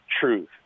truth